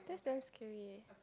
that's damn scary eh